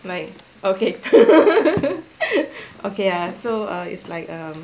like okay okay ah so err it's like